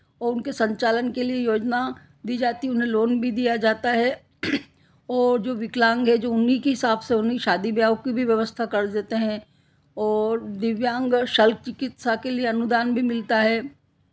और उनके संचालन के लिए योजना दी जाती उन्हें लोन भी दिया जाता है और विकलांग है जो उन्हीं की हिसाब से उन्हीं की शादी ब्याहों की भी व्यवस्था कर देते हैं और दिव्यांग साहित्य चिकित्सा के लिए अनुदान भी मिलता है